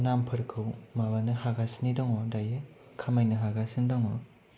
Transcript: नामफोरखौ माबानो हागसिनो दङ' दायो खामायनो हागासिनो दङ'